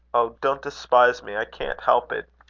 oh! don't despise me. i can't help it.